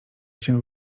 się